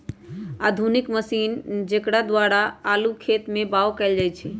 आधुनिक मशीन जेकरा द्वारा आलू खेत में बाओ कएल जाए छै